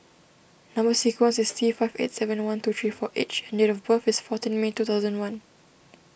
Number Sequence is T five eight seven one two three four H and date of birth is fourteen May two thousand and one